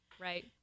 right